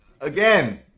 again